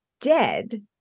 dead